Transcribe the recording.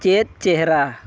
ᱪᱮᱫ ᱪᱮᱦᱨᱟ